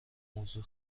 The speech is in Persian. موضوع